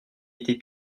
été